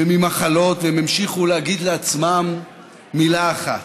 ממחלות, והם המשיכו להגיד לעצמם מילה אחת: